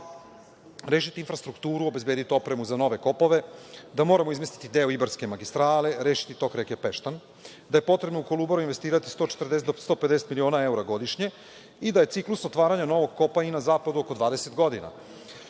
pa rešiti infrastrukturu, obezbediti opremu za nove kopove, da moramo izmesti deo ibarske magistrale, rešiti tok reke Peštan. Da je potrebno u Kolubaru investirati 140 do 150 miliona eura godišnje i da je ciklus otvaranja novog kopa i na zapadu oko 20 godina.